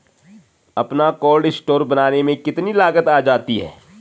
अपना cold store बनाने में कितनी लागत आ जाती है?